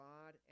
God